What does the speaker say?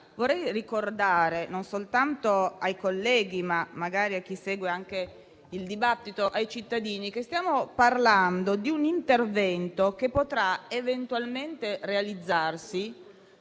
Vorrei ricordare non soltanto ai colleghi, ma magari a chi segue anche il dibattito, cioè ai cittadini, che stiamo parlando di un intervento che potrà eventualmente realizzarsi